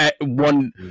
one